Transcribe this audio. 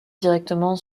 directement